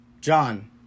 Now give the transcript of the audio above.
John